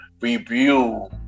review